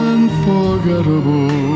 Unforgettable